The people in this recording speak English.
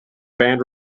band